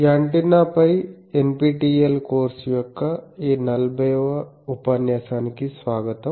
యాంటెన్నాపై NPTEL course యొక్క ఈ 40 వ ఉపన్యాసానికి స్వాగతం